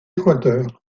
équateur